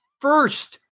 first